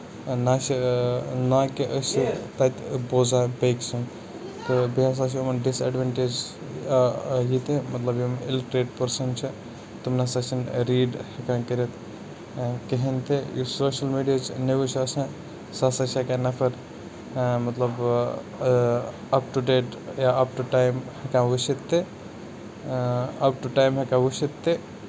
نہ چھِ نہ کہِ أسۍ ہٮ۪کو تَتہِ پوزان بیٚیہِ کہِ سٕندۍ تہٕ بیٚیہِ ہسا چھِ یِمن ڈِس ایڈونٹیجِز ییٚتہِ مطلب یِم اِلِٹریٹ پٔرسن چھِ یِم نہ سا چھِ نہٕ ریٖڈ ہٮ۪کان کٔرِتھ کِہینۍ تہِ یُس سوشَل میٖڈیاہٕچ نِوٕز چھےٚ آسان سۄ ہسا چھُ ہٮ۪کان نَفر مطلب اۭں نَفر اَپ ٹُو ڈیٹ یا اَپ ٹُو ٹایم ہٮ۪کان وٕچھِتھ تہٕ اَپ ٹُو ٹایم ہٮ۪کان وٕچھِتھ تہِ